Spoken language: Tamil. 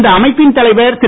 இந்த அமைப்பின் தலைவர் திரு